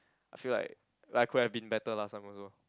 I feel like like I could have been better last time also